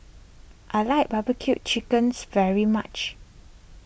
I like Barbecue Chicken's very much